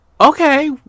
okay